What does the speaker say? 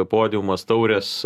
podiumas taurės